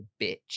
bitch